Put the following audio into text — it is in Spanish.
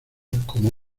como